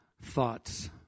thoughts